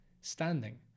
standing